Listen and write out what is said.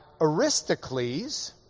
Aristocles